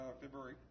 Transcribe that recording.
February